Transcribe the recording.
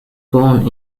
born